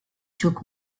took